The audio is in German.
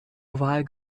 oval